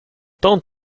don’t